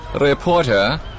Reporter